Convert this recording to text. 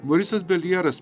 morisas beljeras